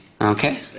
Okay